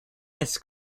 miss